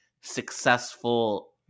successful